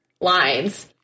lines